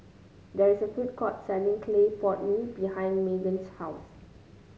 there is a food court selling Clay Pot Mee behind Magen's house